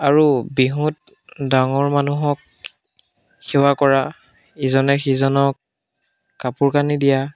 আৰু বিহুত ডাঙৰ মানুহক সেৱা কৰা ইজনে সিজনক কাপোৰ কানি দিয়া